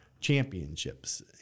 championships